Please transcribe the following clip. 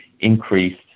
increased